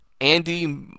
Andy